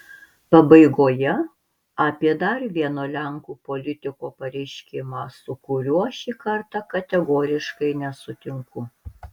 pabaigoje apie dar vieno lenkų politiko pareiškimą su kuriuo šį kartą kategoriškai nesutinku